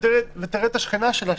ותראה את השכנה שלה,